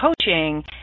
coaching